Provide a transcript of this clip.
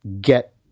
get